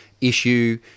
issue